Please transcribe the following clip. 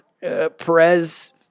Perez